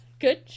Good